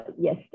Yes